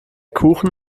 kuchen